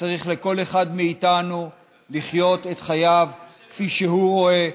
צריך לתת לכל אחד מאיתנו לחיות את חייו כפי שהוא רואה,